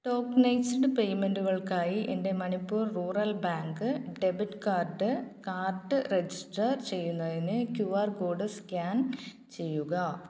tokenised പേയ്മെൻറുകൾക്കായി എൻ്റെ Manipur rural bank debit card card register ചെയ്യുന്നതിന് ക്യു ആർ കോഡ് സ്കാൻ ചെയ്യുക